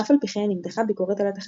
אף על פי כן נמתחה ביקורת על התחנה,